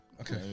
Okay